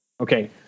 Okay